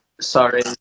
sorry